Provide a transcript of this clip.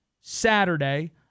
Saturday